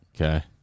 Okay